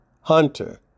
hunter